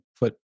put